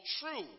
true